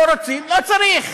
לא רוצים, לא צריך.